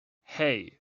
hey